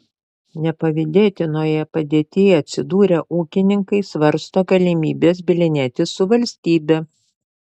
nepavydėtinoje padėtyje atsidūrę ūkininkai svarsto galimybes bylinėtis su valstybe